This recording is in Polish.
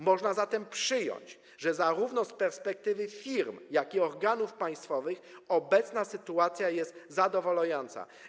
Można zatem przyjąć, że zarówno z perspektywy firm, jak i organów państwowych, obecna sytuacja jest zadowalająca.